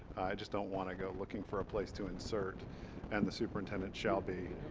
just don't want to go looking for a place to insert and the superintendent shall be